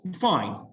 fine